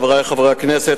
חברי חברי הכנסת,